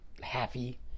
happy